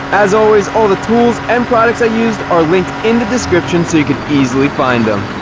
as always, all the tools and products i used are linked in the description so you can easily find them.